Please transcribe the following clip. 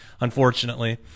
unfortunately